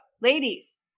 ladies